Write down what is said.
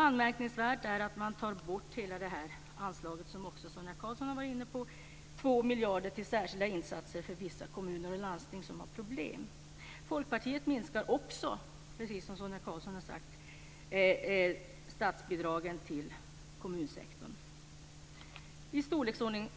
Anmärkningsvärt är att man, precis som också Sonia Karlsson var inne på, tar bort hela anslaget på 2 miljarder till särskilda insatser för vissa kommuner och landsting som har problem. Folkpartiet minskar också, precis som Sonia Karlsson har sagt, statsbidragen till kommunsektorn i samma storleksordning